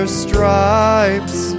stripes